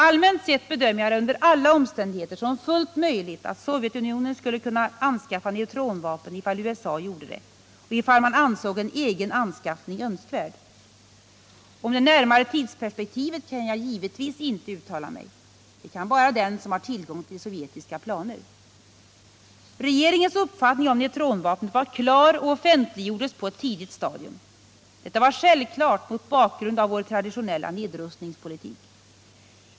Allmänt sett bedömer jag det under alla omständigheter som fullt möjligt att Sovjetunionen skulle kunna anskaffa neutronvapen ifall USA gjorde det och ifall man ansåg en egen anskaffning önskvärd. Om det närmare tidsperspektivet kan jag givetvis inte uttala mig. Det kan bara den som har tillgång till sovjetiska planer. Regeringens uppfattning om neutronvapnet var klar och offentliggjordes på ett tidigt stadium. Detta var självklart mot bakgrund av vår traditionella nedrustningspolitik.